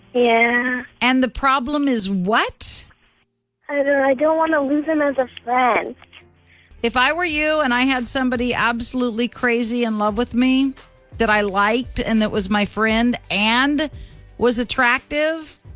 yeah and the problem is what i i don't want to lose him as a friend if i were you and i had somebody absolutely crazy in love with me that i liked and that was my friend and was attractive,